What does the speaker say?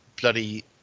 bloody